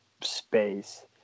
space